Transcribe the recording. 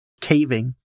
caving